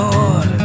Lord